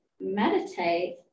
meditate